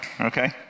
okay